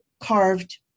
carved